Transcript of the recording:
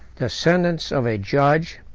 the sentence of a judge,